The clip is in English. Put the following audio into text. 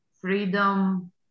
freedom